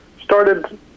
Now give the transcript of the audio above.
started